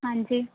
ਹਾਂਜੀ